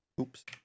Oops